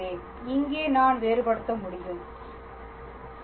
எனவே இங்கே நான் வேறுபடுத்த முடியும் சரி